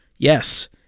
Yes